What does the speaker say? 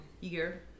year